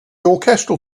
orchestral